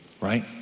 right